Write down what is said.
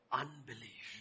unbelief